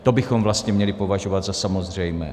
To bychom vlastně měli považovat za samozřejmé.